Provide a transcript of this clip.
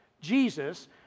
Jesus